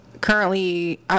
currently